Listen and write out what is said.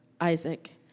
Isaac